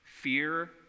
fear